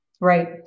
Right